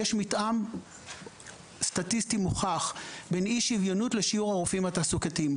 יש מתאם סטטיסטי מוכח בין אי-שוויוניות לשיעור הרופאים התעסוקתיים.